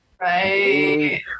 right